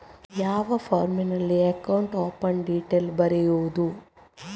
ಯಾವ ಫಾರ್ಮಿನಲ್ಲಿ account open detail ಬರೆಯುವುದು?